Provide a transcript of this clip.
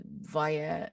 via